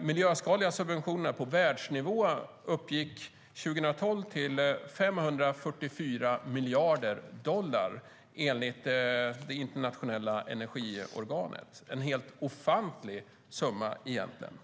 miljöskadliga subventionerna på världsnivå uppgick 2012 till 544 miljarder dollar, enligt det internationella energiorganet - en ofantlig summa egentligen.